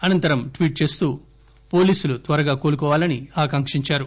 అనంతరం ట్వీట్ చేస్తూ పోలీసులు త్వరగా కోలుకోవాలని ఆకాంకిందారు